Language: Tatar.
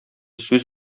сүз